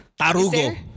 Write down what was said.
Tarugo